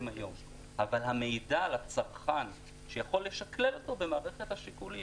היום אבל המידע לצרכן - שהוא יוכל לשקלל אותו במערכת השיקולים,